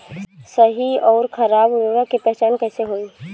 सही अउर खराब उर्बरक के पहचान कैसे होई?